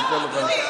אני אתן לך.